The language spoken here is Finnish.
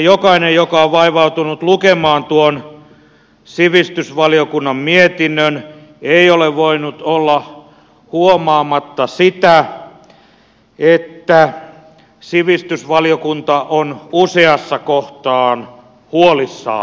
jokainen joka on vaivautunut lukemaan tuon sivistysvaliokunnan mietinnön ei ole voinut olla huomaamatta sitä että sivistysvaliokunta on useassa kohtaa huolissaan